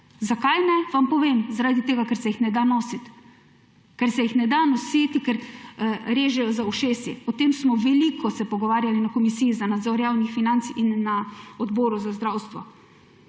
Zakaj ne, vam povem. Zaradi tega ker se jih ne da nositi. Ne da se jih nositi, ker režejo za ušesi. O tem smo veliko se pogovarjali na Komisiji za nadzor javnih financ in na Odboru za zdravstvo.